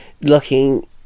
looking